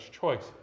choices